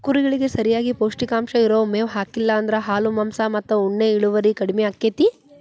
ಕುರಿಗಳಿಗೆ ಸರಿಯಾಗಿ ಪೌಷ್ಟಿಕಾಂಶ ಇರೋ ಮೇವ್ ಹಾಕ್ಲಿಲ್ಲ ಅಂದ್ರ ಹಾಲು ಮಾಂಸ ಮತ್ತ ಉಣ್ಣೆ ಇಳುವರಿ ಕಡಿಮಿ ಆಕ್ಕೆತಿ